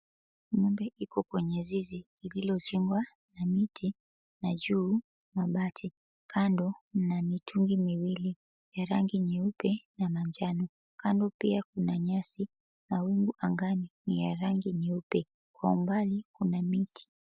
Ng'ombe iko kwenye zizi lililojengwa na miti, na juu mabati. Kando na mitungi miwili ya rangi nyeupe na manjano, kando pia kuna nyasi, mawingu angani ni ya rangi nyeupe. Kwa umbali kuna miti.